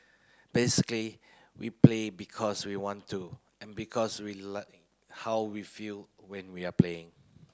basically we play because we want to and because we like how we feel when we are playing